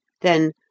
Then